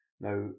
Now